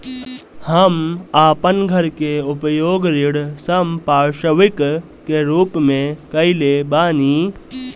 हम अपन घर के उपयोग ऋण संपार्श्विक के रूप में कईले बानी